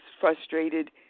frustrated